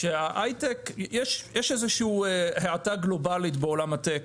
שיש איזושהי האטה גלובלית בעולם הטק,